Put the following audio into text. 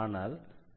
ஆனால்